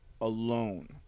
alone